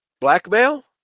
Blackmail